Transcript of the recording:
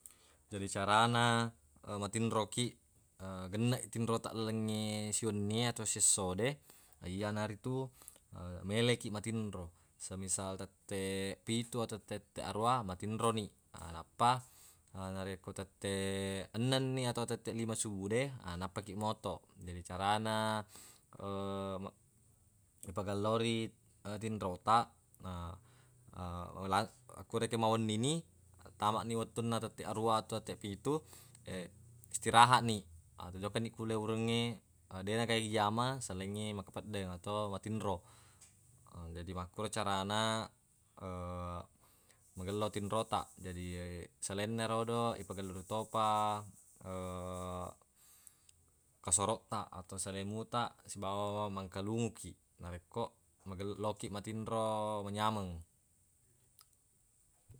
Jadi carana matinro kiq genneq tinro taq lalengnge siwennie atau siessode iyanaritu mele kiq matinro semisal tetteq pitu atau tetteq aruwa matinroni. Nappa narekko tetteq ennenni atau tetteq lima subude nappa kiq motoq. Jadi carana ipagellori tinro taq na laq- ko rekeng mawennini tamani wettunna tetteq aruwa atau tetteq pitu istirahat niq atau jokkani ko liwurengnge dena gaga ijama selaingnge makkapeddeng atau matinro. Jadi makkoro carana magello tinro taq, jadi selainna erodo ipagellori topa kasoroq taq atau salemutaq sibawa mangkalungu kiq narekko magel- lokiq matinro manyameng.